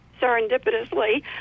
serendipitously